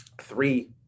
three